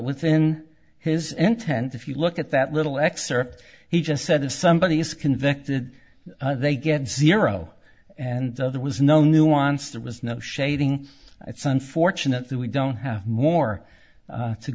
within his intent if you look at that little excerpt he just said if somebody is convicted they get zero and there was no nuance there was no shading it's unfortunate that we don't have more